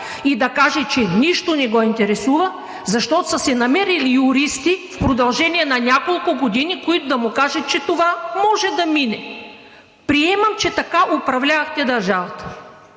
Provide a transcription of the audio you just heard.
и да каже, че нищо не го интересува, защото са се намерили юристи в продължение на няколко години, които да му кажат, че това може да мине?! Приемам, че така управлявахте държавата.